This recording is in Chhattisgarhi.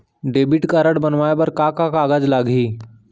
डेबिट कारड बनवाये बर का का कागज लागही?